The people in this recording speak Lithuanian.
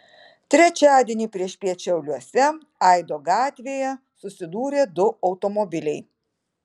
trečiadienį priešpiet šiauliuose aido gatvėje susidūrė du automobiliai